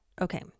okay